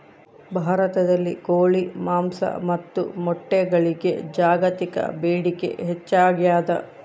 ಭಾರತದಲ್ಲಿ ಕೋಳಿ ಮಾಂಸ ಮತ್ತು ಮೊಟ್ಟೆಗಳಿಗೆ ಜಾಗತಿಕ ಬೇಡಿಕೆ ಹೆಚ್ಚಾಗ್ಯಾದ